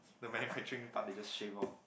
the manufacturing part they just shave off